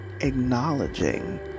acknowledging